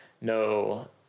no